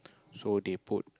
so they put